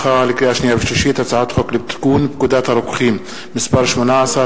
הצעת חוק לתיקון פקודת הרוקחים (מס' 18),